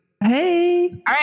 Hey